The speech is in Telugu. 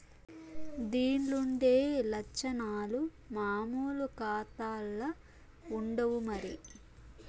దీన్లుండే లచ్చనాలు మామూలు కాతాల్ల ఉండవు మరి